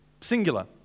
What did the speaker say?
Singular